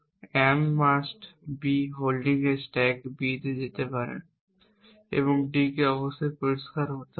অ্যাম must B হোল্ডিংয়ে stack B এ যেতে পারেন এবং D অবশ্যই পরিষ্কার হতে হবে